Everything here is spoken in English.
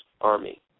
Army